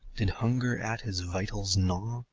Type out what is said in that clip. did hunger at his vitals gnaw?